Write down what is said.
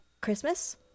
Christmas